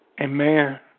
Amen